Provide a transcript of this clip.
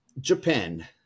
Japan